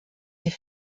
die